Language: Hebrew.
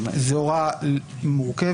זו הוראה מורכבת.